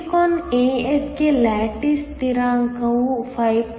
silicon as ಗೆ lattice ಸ್ಥಿರಾಂಕವು 5